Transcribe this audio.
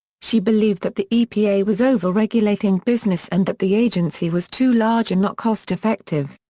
she believed that the epa was over-regulating business and that the agency was too large and not cost-effective.